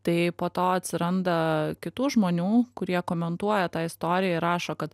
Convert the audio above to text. tai po to atsiranda kitų žmonių kurie komentuoja tą istoriją ir rašo kad